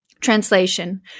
translation